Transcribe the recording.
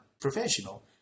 professional